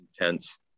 intense